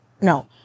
no